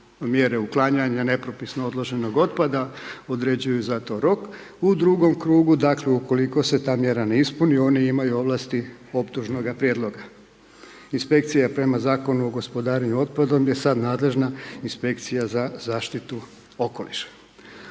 mjere uklanjanja nepropisno odloženog otpada, određuju za to rok. U drugom krugu, dakle, ukoliko se ta mjera ne ispuni, oni imaju ovlasti optužnoga prijedloga. Inspekcija je prema Zakonu o gospodarenju otpadom je sad nadležna Inspekcija za zaštitu okoliša.